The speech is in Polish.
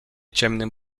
ciemnym